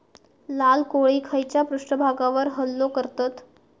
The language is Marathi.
लाल कोळी खैच्या पृष्ठभागावर हल्लो करतत?